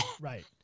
Right